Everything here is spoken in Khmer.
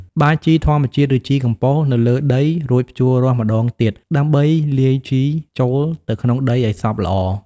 បាចជីធម្មជាតិ ឬជីកំប៉ុស្តនៅលើដី រួចភ្ជួររាស់ម្តងទៀតដើម្បីលាយជីចូលទៅក្នុងដីឱ្យសព្វល្អ។